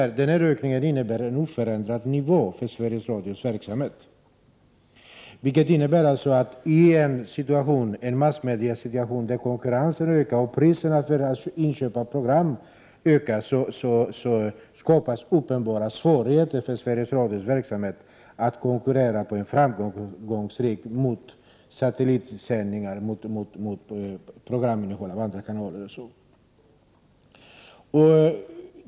Den ökningen innebär en oförändrad nivå för Sveriges Radios verksamhet. I en massmediesituation där konkurrensen ökar och kostnaden för programinköp ökar skapas uppenbara svårigheter för Sveriges Radios möjligheter att framgångsrikt konkurrera med satellitsändningar och innehållet i andra kanaler.